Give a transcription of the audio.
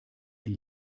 die